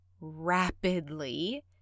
rapidly